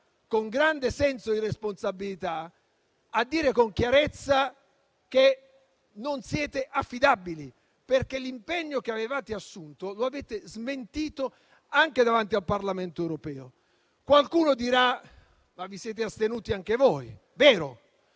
con grande senso di responsabilità, a dire con chiarezza che non siete affidabili. L'impegno che avevate assunto lo avete smentito anche davanti al Parlamento europeo. Qualcuno dirà: ma vi siete astenuti anche voi. È vero: